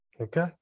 Okay